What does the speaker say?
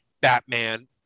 Batman